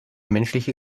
menschliche